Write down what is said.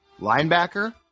Linebacker